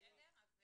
אני רק